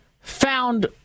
found